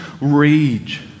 rage